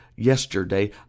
yesterday